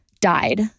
died